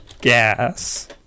Gas